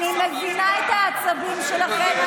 אני מבינה את העצבים שלכם,